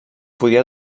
podia